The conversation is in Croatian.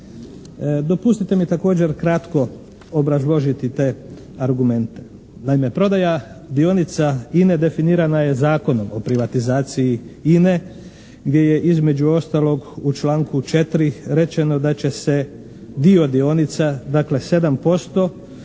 Dopustite mi također kratko obrazložiti te argumente. Naime, prodaja dionica INA-e definirana je Zakonom o privatizaciji INA-e gdje je između ostalog u članku 4. rečeno da će se dio dionica, dakle 7%,